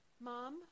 mom